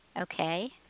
Okay